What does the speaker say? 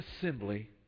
assembly